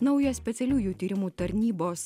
naujas specialiųjų tyrimų tarnybos